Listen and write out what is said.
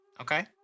Okay